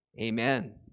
amen